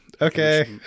Okay